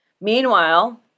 Meanwhile